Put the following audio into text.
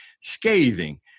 scathing